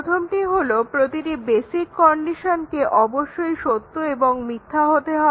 প্রথমটি হলো প্রতিটি বেসিক কন্ডিশনকে অবশ্যই সত্য এবং মিথ্যা হতে হবে